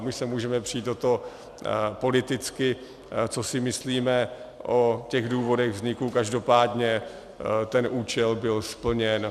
My se můžeme přít politicky o to, co si myslíme o důvodech vzniku, každopádně ten účel byl splněn.